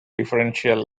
differential